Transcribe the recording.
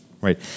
Right